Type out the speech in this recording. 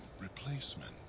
replacement